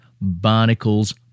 barnacle's